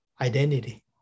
identity